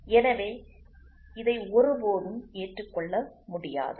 எனவே இதை ஒருபோதும் ஏற்றுக்கொள்ள முடியாது